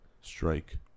strike